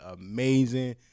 amazing